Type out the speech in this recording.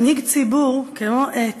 מנהיג ציבור, כמו עץ,